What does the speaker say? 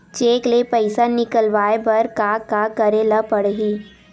Cheque ले पईसा निकलवाय बर का का करे ल पड़हि?